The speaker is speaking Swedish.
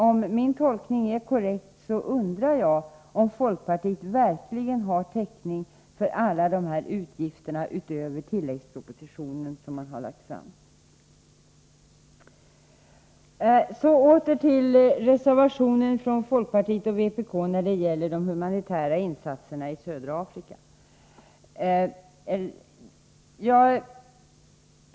Om min tolkning är korrekt, undrar jag om folkpartiet verkligen har täckning för alla dessa utgifter utöver tilläggspropositionens förslag. Så åter till reservationen från folkpartiet och vpk om de humanitära insatserna i södra Afrika.